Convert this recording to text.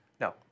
No